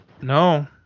No